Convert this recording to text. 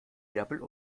wirbel